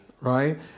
Right